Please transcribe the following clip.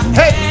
hey